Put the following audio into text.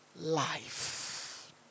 life